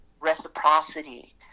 reciprocity